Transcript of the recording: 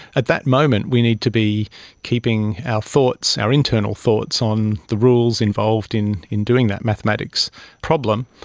at that moment we need to be keeping our thoughts, our internal thoughts on the rules involved in in doing that mathematics problem,